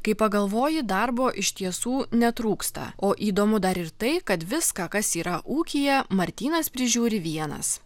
kai pagalvoji darbo iš tiesų netrūksta o įdomu dar ir tai kad viską kas yra ūkyje martynas prižiūri vienas